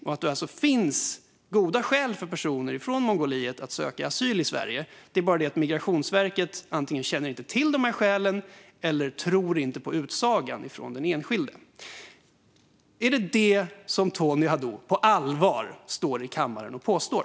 Det finns alltså goda skäl för personer från Mongoliet att söka asyl i Sverige - det är bara det att Migrationsverket antingen inte känner till de skälen eller inte tror på utsagan från den enskilde. Är det detta som Tony Haddou på allvar står i kammaren och påstår?